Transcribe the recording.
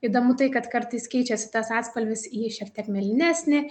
įdomu tai kad kartais keičiasi tas atspalvis į šiek tiek mėlynesnį